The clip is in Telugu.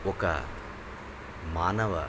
ఒక మానవ